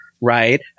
right